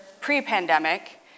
pre-pandemic